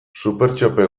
supertxope